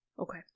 Okay